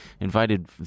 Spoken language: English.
invited